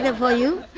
and for you?